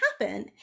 happen